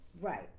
Right